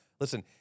Listen